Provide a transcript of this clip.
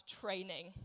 training